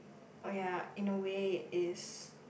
oh ya in a way is